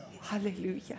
Hallelujah